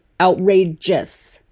outrageous